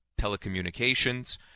Telecommunications